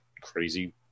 crazy